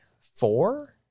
four